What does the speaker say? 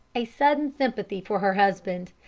a sudden sympathy for her husband,